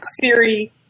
Siri